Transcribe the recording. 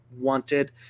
wanted